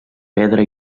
pedra